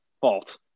fault